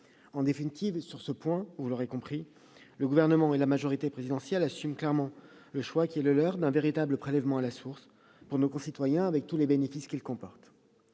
En définitive, vous aurez compris que, sur ce point, le Gouvernement et la majorité présidentielle assument clairement le choix qui est le leur d'un véritable prélèvement à la source pour nos concitoyens, avec tous les bénéfices qu'il comporte.